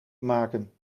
maken